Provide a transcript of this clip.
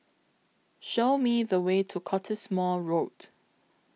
Show Me The Way to Cottesmore Road